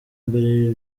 mbere